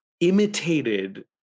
imitated